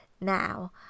now